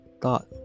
thought